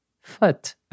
Foot